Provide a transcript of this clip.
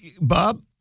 Bob